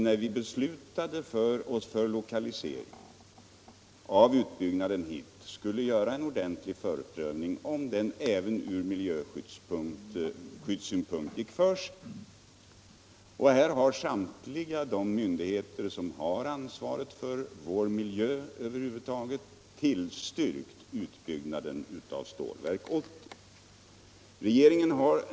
När vi beslutade oss för utbyggnaden av stålverket i Luleå beslutade vi också att göra en ordentlig förprövning om utbyggnaden även ur miljöskyddssynpunkt gick för sig. Flertalet myndigheter som har ansvaret för vår miljö har tillstyrkt utbyggnaden av Stålverk 80.